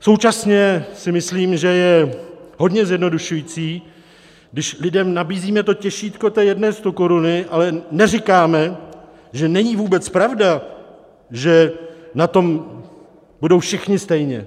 Současně si myslím, že je hodně zjednodušující, když lidem nabízíme těšítko té jedné stokoruny, ale neříkáme, že není vůbec pravda, že na tom budou všichni stejně.